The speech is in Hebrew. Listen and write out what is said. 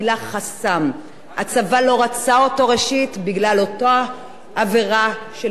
ראשית בגלל אותה עבירה של גיל 14 15. הוא לא מוותר,